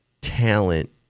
talent